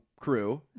crew